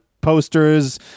posters